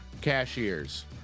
cashiers